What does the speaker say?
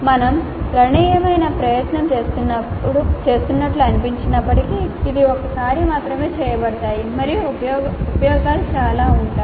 మేము గణనీయమైన ప్రయత్నం చేస్తున్నట్లు అనిపించినప్పటికీ ఇవి ఒక్కసారి మాత్రమే చేయబడతాయి మరియు ఉపయోగాలు చాలా ఉంటాయి